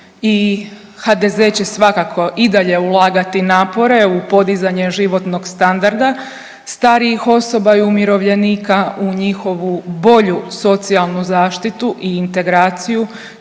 HDZ će svakako i dalje ulagati napore u podizanje životnog standarda starijih osoba i umirovljenika u njihovu bolju socijalnu zaštitu i integraciju